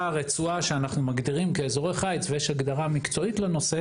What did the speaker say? רצועה שאנחנו מגדירים כאזורי חיץ יש הגדרה מקצועית לנושא